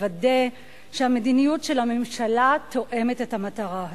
לוודא שהמדיניות של הממשלה תואמת את המטרה הזו.